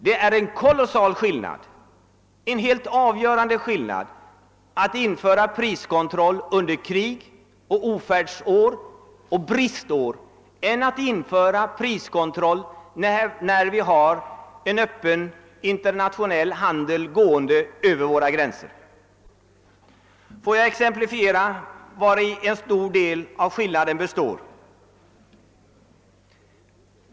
Det är en oerhört stor och helt avgörande skillnad mellan att införa priskontroll under krig, under ofärdsoch bristår, och att införa priskontroll i ett läge när vi har en öppen internationell handel över våra gränser. Låt mig exemplifiera vari en betydande del av skillnaden består.